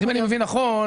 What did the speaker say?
אם אני מבין נכון,